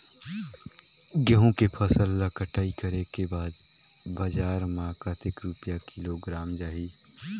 गंहू के फसल ला कटाई करे के बाद बजार मा कतेक रुपिया किलोग्राम जाही?